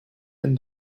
and